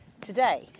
today